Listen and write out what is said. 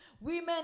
Women